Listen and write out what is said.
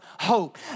hope